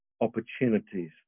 opportunities